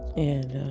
and,